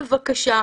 בבקשה,